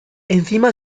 encima